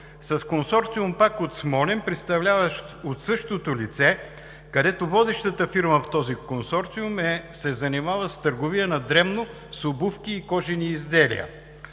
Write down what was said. с консорциум пак от Смолян, представляван от същото лице, като водещата фирма в този консорциум се занимава с търговия на дребно с обувки и кожени изделия.